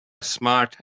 smart